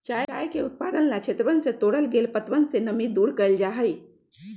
चाय के उत्पादन ला क्षेत्रवन से तोड़ल गैल पत्तवन से नमी के दूर कइल जाहई